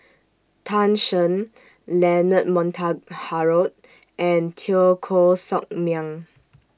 Tan Shen Leonard Montague Harrod and Teo Koh Sock Miang